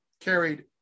carried